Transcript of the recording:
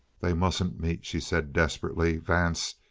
they mustn't meet, she said desperately. vance,